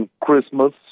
Christmas